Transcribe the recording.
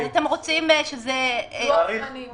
אתם רוצים לוח זמנים לזה.